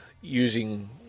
using